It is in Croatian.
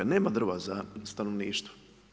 Nema drva za stanovništvo.